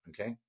okay